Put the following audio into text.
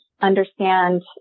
understand